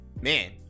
man